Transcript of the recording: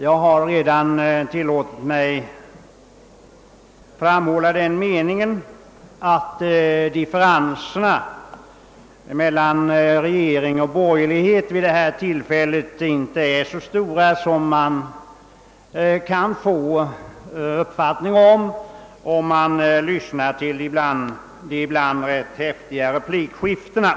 Jag har redan tillåtit mig ge uttryck åt den meningen, att differenserna mellan regeringen och borgerligheten i dag inte är så stora som man skulle kunna tro när man lyssnar till de ibland ganska häftiga replikskiftena.